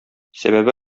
сәбәбе